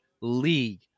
League